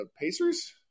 Pacers